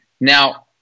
now